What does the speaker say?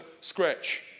scratch